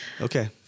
Okay